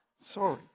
Sorry